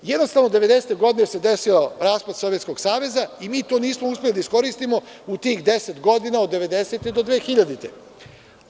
Jednostavno, devedesete godine se desio raspad Sovjetskog saveza i mi to nismo uspeli da iskoristimo u tih 10 godina, od 1990. do 2000. godine.